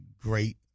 great